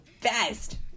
best